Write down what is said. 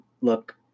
look